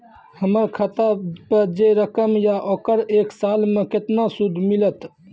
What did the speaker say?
हमर खाता पे जे रकम या ओकर एक साल मे केतना सूद मिलत?